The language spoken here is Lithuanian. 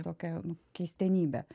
tokia keistenybė